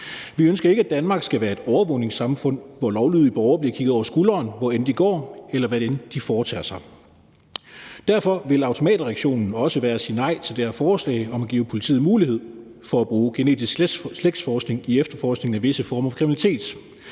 Vi ønsker ikke, at Danmark skal være et overvågningssamfund, hvor lovlydige borgere bliver kigget over skulderen, hvor end de går, eller hvad end de foretager sig. Derfor vil automatreaktionen også være at sige nej til det her forslag om at give politiet mulighed for at bruge genetisk slægtsforskning i efterforskningen af visse former for kriminalitet.